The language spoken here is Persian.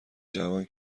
جوان